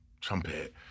trumpet